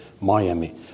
Miami